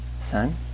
Son